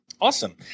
Awesome